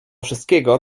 wszystkiego